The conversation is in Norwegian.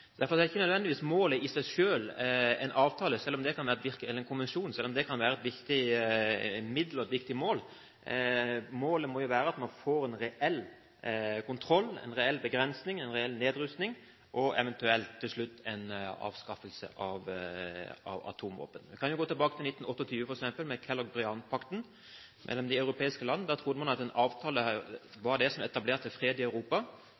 Derfor er ikke nødvendigvis målet i seg selv en avtale eller en konvensjon, selv om det kan være et viktig middel og et viktig mål. Målet må være at man får en reell kontroll – en reell begrensning, en reell nedrustning – og til slutt eventuelt en avskaffelse av atomvåpen. Jeg kan gå tilbake til f.eks. 1928 med Kellogg-Briandpakten mellom de europeiske land. Der trodde man at en avtale var det som etablerte fred i Europa.